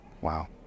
wow